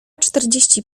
czterdzieści